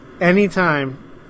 anytime